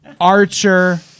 Archer